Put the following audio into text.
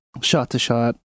shot-to-shot